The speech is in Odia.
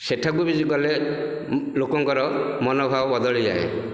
ସେଠାକୁ ବି ଗଲେ ଲୋକଙ୍କର ମନୋଭାବ ବଦଳିଯାଏ